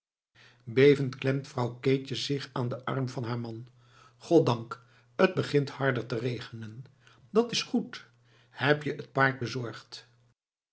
bevend klemt vrouw keetje zich aan den arm van haar man goddank t begint harder te regenen dat s goed heb je t paard bezorgd